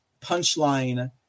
punchline